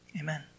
amen